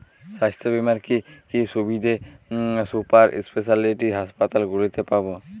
স্বাস্থ্য বীমার কি কি সুবিধে সুপার স্পেশালিটি হাসপাতালগুলিতে পাব?